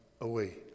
away